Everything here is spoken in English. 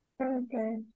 Okay